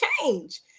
change